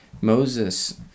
Moses